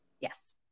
Yes